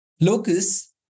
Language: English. Locus